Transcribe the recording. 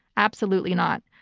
absolutely not.